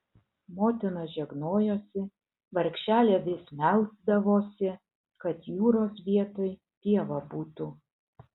motina žegnojosi vargšelė vis melsdavosi kad jūros vietoj pieva būtų